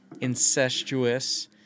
incestuous